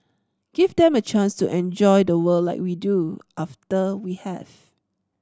give them a chance to enjoy the world like we do after we have